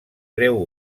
greu